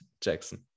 jackson